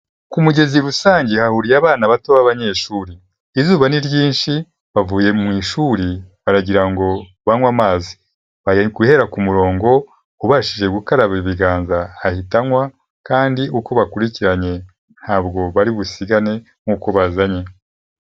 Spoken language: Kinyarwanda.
Ku mugezi busange hahuriye abana bato b'abanyeshuri, izuba ni ryinshi bavuye mu ishuri baragira ngo banywe amazi, bari guhera ku murongo ubashije gukaraba ibiganza ahita anywa kandi uko bakurikiranye ntabwo bari busigane nk'uko bazanye.